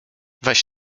weź